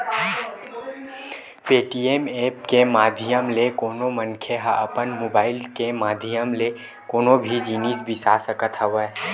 Paytm app के माधियम ले कोनो मनखे ह अपन मुबाइल के माधियम ले कोनो भी जिनिस बिसा सकत हवय